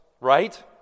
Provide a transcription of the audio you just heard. right